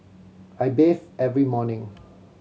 I bathe every morning